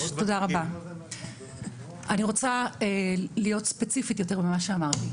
אני רוצה להיות ספציפית יותר ממה שאמרתי.